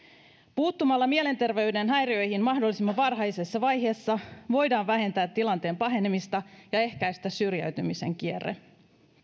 puuttumalla mielenterveyden häiriöihin mahdollisimman varhaisessa vaiheessa voidaan vähentää tilanteen pahenemista ja ehkäistä syrjäytymisen kierre